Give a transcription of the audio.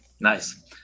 nice